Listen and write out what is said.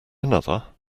another